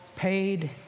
Paid